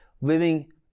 living